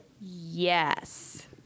Yes